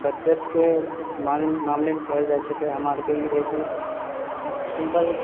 बचतके माम मामलेमे कहल जाइत छेै तऽ हमरा आरके ई रहै कि सिम्पल